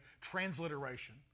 transliteration